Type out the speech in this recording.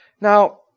Now